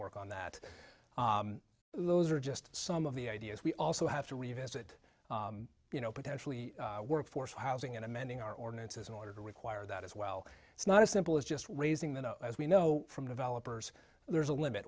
work on that those are just some of the ideas we also have to revisit you know potentially workforce one and amending our ordinances in order to require that as well it's not as simple as just raising them as we know from developers there's a limit